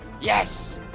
Yes